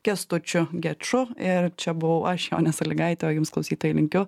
kęstučiu geču ir čia buvau aš jonė salygaitė o jums klausytojai linkiu